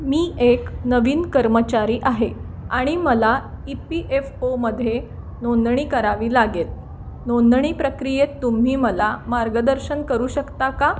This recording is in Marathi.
मी एक नवीन कर्मचारी आहे आणि मला ई पी एफ ओमध्ये नोंदणी करावी लागेल नोंदणी प्रक्रियेत तुम्ही मला मार्गदर्शन करू शकता का